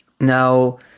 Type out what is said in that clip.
Now